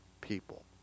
people